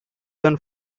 than